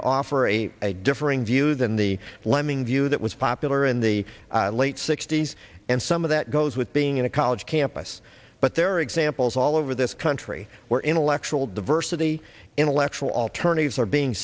to offer a differing view than the lemming view that was popular in the late sixty's and some of that goes with being in a college campus but there are examples all over this country where intellectual diversity intellectual alternatives are being